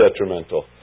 detrimental